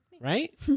Right